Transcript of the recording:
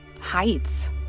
Heights